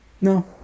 No